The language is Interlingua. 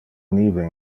nive